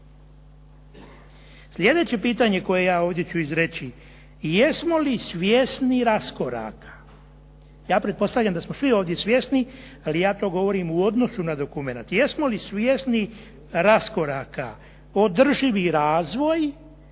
Sljedeće pitanje koje ja ovdje ću izreći, jesmo li svjesni raskoraka? Ja pretpostavljam da smo svi ovdje svjesni, ali ja to govorim u odnosu na dokument, jesmo li svjesni raskoraka održivi razvoj